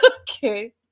Okay